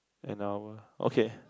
and our okay